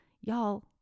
Y'all